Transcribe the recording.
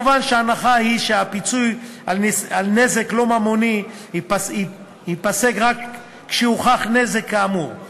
שההנחה היא שהפיצוי על נזק לא ממוני ייפסק רק כשהוכח נזק כאמור,